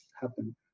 happen